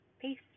Peace